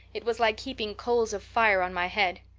it was like heaping coals of fire on my head.